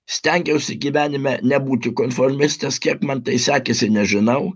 stengiausi gyvenime nebūti konformistas kiek man tai sekėsi nežinau